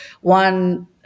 one